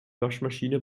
waschmaschine